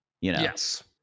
Yes